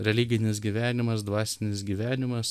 religinis gyvenimas dvasinis gyvenimas